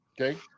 Okay